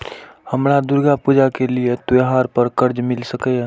हमरा दुर्गा पूजा के लिए त्योहार पर कर्जा मिल सकय?